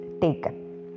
taken